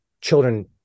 children